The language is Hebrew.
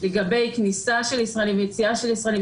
לגבי כניסה של ישראלים ויציאה של ישראלים,